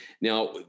Now